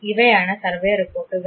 ഇവയാണ് സർവേ റിപ്പോർട്ടുകൾ